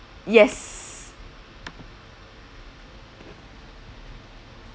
yes